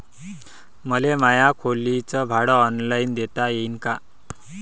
मले माया खोलीच भाड ऑनलाईन देता येईन का?